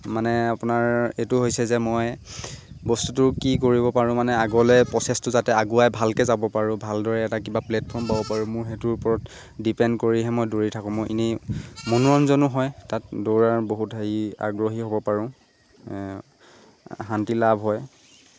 মানে আপোনাৰ এইটো হৈছে যে মই বস্তুটোৰ কি কৰিব পাৰোঁ মানে আগলৈ প্ৰচেছটো যাতে আগুৱাই ভালকৈ যাব পাৰোঁ ভালদৰে এটা কিবা প্লেটফৰ্ম পাব পাৰোঁ মোৰ সেইটোৰ ওপৰত ডিপেণ্ড কৰিহে মই দৌৰি থাকোঁ মই এনেই মনোৰঞ্জনো হয় তাত দৌৰাৰ বহুত হেৰি আগ্ৰহী হ'ব পাৰোঁ শান্তি লাভ হয়